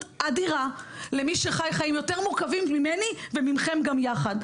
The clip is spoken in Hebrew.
אדירה למי שחי חיים יותר מורכבים ממני ומכם גם יחד.